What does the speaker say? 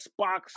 xbox